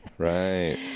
Right